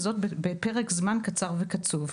וזאת בפרק זמן קצר וקצוב.